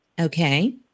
Okay